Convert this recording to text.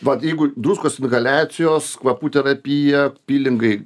vat jeigu druskos inhaliacijos kvapų terapija pilingai